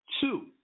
Two